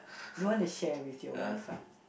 don't want to share with your wife ah